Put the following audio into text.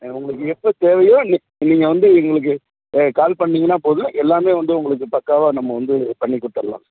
உங்களுக்கு எப்போத் தேவையோ நீ நீங்கள் வந்து எங்களுக்கு கால் பண்ணீங்கன்னால் போதும் எல்லாமே வந்து உங்களுக்கு பக்காவாக நம்ம வந்து பண்ணிக் கொடுத்தர்லாம்